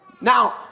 Now